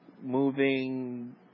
moving